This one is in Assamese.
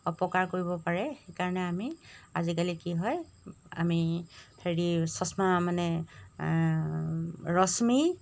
অপকাৰ কৰিব পাৰে সেইকাৰণে আমি আজিকালি কি হয় আমি হেৰি চছমা মানে ৰশ্মি